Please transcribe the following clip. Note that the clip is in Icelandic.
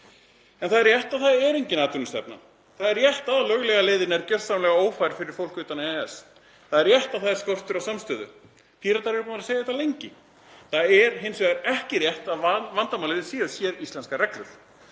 Það er rétt að það er engin atvinnustefna. Það er rétt að löglega leiðin er gjörsamlega ófær fyrir fólk utan EES. Það er rétt að það er skortur á samstöðu. Píratar eru búnir að segja þetta lengi. Það er hins vegar ekki rétt að vandamálið sé séríslenskar reglur.